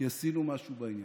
כי עשינו משהו בעניין.